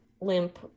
limp